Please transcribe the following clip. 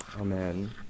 Amen